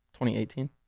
2018